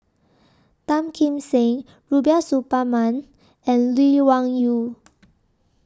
Tan Kim Seng Rubiah Suparman and Lee Wung Yew